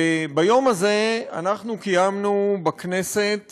ביום הזה קיימנו בכנסת